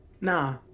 Nah